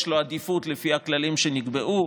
יש לו עדיפות לפי הכללים שנקבעו,